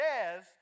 says